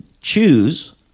choose